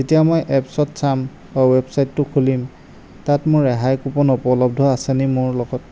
যেতিয়া মই এপ্চত চাম আৰু ওৱেবচাইটটো খুলিম তাত মোৰ ৰেহাই কুপন উপলব্ধ আছেনি মোৰ লগত